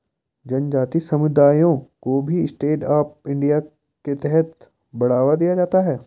जनजाति समुदायों को भी स्टैण्ड अप इंडिया के तहत बढ़ावा दिया जाता है